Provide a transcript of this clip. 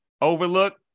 overlook